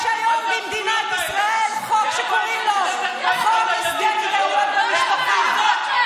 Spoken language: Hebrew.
יש היום במדינת ישראל חוק שקוראים לו "חוק הסדר התדיינויות במשפחה".